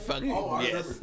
Yes